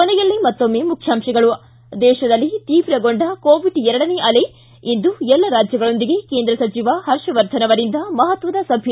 ಕೊನೆಯಲ್ಲಿ ಮತ್ತೊಮ್ನೆ ಮುಖ್ಯಾಂಶಗಳು ್ಟಿ ದೇಶದಲ್ಲಿ ತೀವ್ರಗೊಂಡ ಕೋವಿಡ್ ಎರಡನೇ ಅಲೆ ಇಂದು ದೇಶದ ಎಲ್ಲ ರಾಜ್ಯಗಳೊಂದಿಗೆ ಕೇಂದ್ರ ಸಚಿವ ಹರ್ಷವರ್ಧನ ಅವರಿಂದ ಮಹತ್ವದ ಸಭೆ